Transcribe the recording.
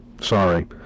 Sorry